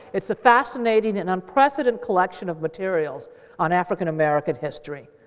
it's a fascinating and unprecedented collection of materials on african-american history.